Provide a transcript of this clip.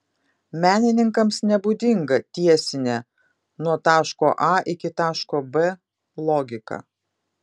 menininkams nebūdinga tiesinė nuo taško a iki taško b logika